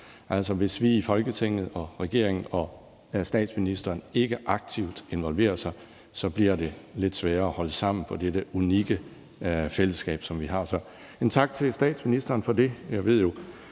hvis vi i Folketinget og regeringen og statsministeren ikke aktivt involverer os, bliver det lidt sværere at holde sammen på dette unikke fællesskab, som vi har. Så tak til statsministeren for det.